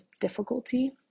difficulty